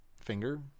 Finger